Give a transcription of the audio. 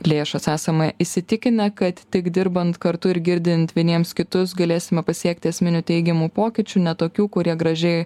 lėšas esame įsitikinę kad tik dirbant kartu ir girdint vieniems kitus galėsime pasiekti esminių teigiamų pokyčių ne tokių kurie gražiai